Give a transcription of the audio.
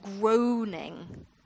groaning